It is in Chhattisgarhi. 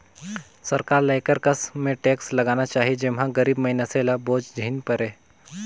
सरकार ल एकर कस में टेक्स लगाना चाही जेम्हां गरीब मइनसे ल बोझ झेइन परे